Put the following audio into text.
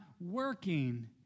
working